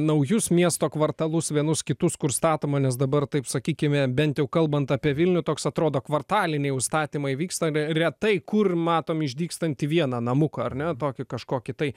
naujus miesto kvartalus vienus kitus kur statoma nes dabar taip sakykime bent jau kalbant apie vilnių toks atrodo kvartaliniai užstatymai vyksta re retai kur matom išdygstantį vieną namuką ar ne tokį kažkokį tai